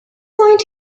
point